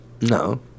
no